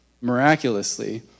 miraculously